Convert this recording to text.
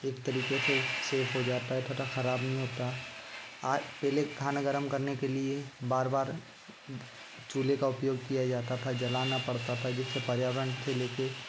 एक तरीके से सेफ़ हो जाता है तथा ख़राब नहीं होता आज पहले खाना गर्म करने के लिए बार बार चूल्हे का उपयोग किया जाता था जलाना पड़ता था जिससे पर्यावरण से ले कर